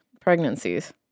pregnancies